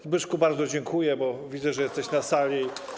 Zbyszku, bardzo dziękuję, bo widzę, że jesteś na sali.